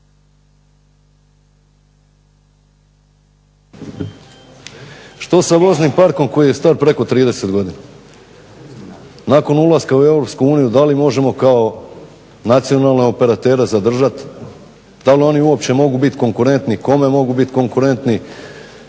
Što sa voznim parkom koji je star preko 30 godina, nakon ulaska u Europsku uniju da li možemo kao nacionalne operatere zadržati, da li oni uopće mogu biti konkurentni i kome? Eventualno bi mogli biti konkurentni